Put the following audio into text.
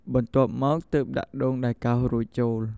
បន្ទាប់មក ទើបដាក់ដូងដែលកោសរួចចូល។